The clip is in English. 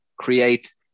create